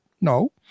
No